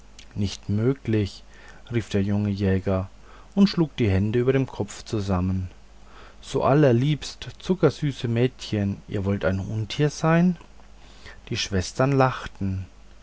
nicht möglich rief der junge jäger und schlug die hände über dem kopfe zusammen so allerliebste zuckersüße mädchen ihr wollt ein untier sein die schwestern lachten